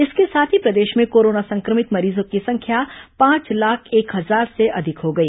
इसके साथ ही प्रदेश में कोरोना संक्रमित मरीजों की संख्या पांच लाख एक हजार से अधिक हो गई